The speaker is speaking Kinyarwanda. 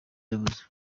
yavuze